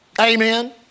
Amen